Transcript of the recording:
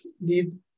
need